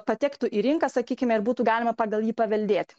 patektų į rinką sakykime ir būtų galima pagal jį paveldėti